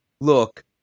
look